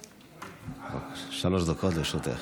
בבקשה, שלוש דקות לרשותך.